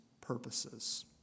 purposes